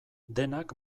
denak